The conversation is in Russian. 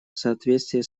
соответствии